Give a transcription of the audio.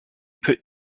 put